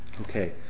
Okay